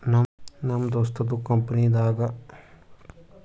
ನಮ್ ದೋಸ್ತದು ಕಂಪನಿನಾಗ್ ರೊಕ್ಕಾ ಬರದ್ ಕಮ್ಮಿ ಆದೂರ್ ಹೋಗದೆ ಜಾಸ್ತಿ ಇತ್ತು